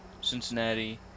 Cincinnati